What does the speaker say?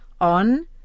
on